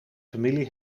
familie